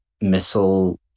missile